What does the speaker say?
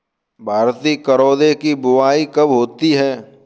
भारतीय करौदे की बुवाई कब होती है?